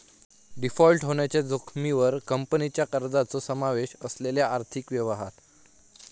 default होण्याच्या जोखमीवर कंपनीच्या कर्जाचो समावेश असलेले आर्थिक व्यवहार